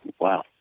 wow